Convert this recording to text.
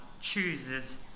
chooses